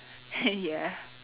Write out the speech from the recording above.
ya